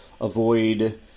avoid